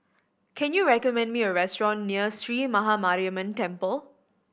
can you recommend me a restaurant near Sree Maha Mariamman Temple